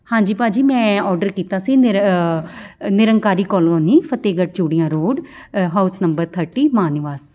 ਹਾਂਜੀ ਭਾਅ ਜੀ ਮੈਂ ਔਡਰ ਕੀਤਾ ਸੀ ਨਿਰ Nirankari colony Fatehgarh Churian road house number thirty Mann ਨਿਵਾਸ